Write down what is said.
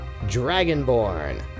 Dragonborn